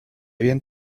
bien